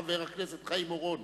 חבר הכנסת חיים אורון.